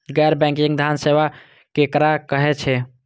गैर बैंकिंग धान सेवा केकरा कहे छे?